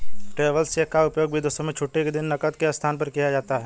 travellers cheque का उपयोग विदेशों में छुट्टी के दिन नकद के स्थान पर किया जाता है